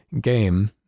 game